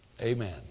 Amen